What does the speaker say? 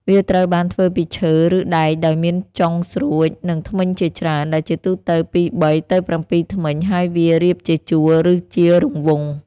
វាត្រូវបានធ្វើពីឈើ ឬដែកដោយមានចុងស្រួចនិងធ្មេញជាច្រើន ដែលជាទូទៅពី ៣ ទៅ ៧ ធ្មេញ ហើយវារៀបជាជួរ ឬជារង្វង់។